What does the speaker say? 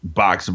box